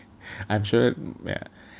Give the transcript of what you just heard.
I am sure yeah